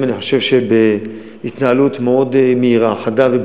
אמרו לי שברגע שבאים לפה עם